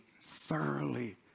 thoroughly